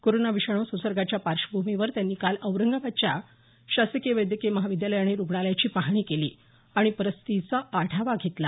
corona विषाणू संसर्गाच्या पार्श्वभूमीवर त्यांनी काल औरंगाबादच्या शासकीय वैद्यकीय महाविद्यालय आणि रुग्णालयाची पाहणी केली आणि परिस्थितीचा आढावा घेतला